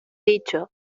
dicho